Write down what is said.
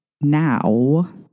now